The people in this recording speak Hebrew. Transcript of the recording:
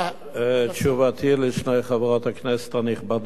תשובתי לשתי חברות הכנסת הנכבדות: